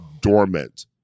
dormant